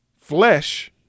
flesh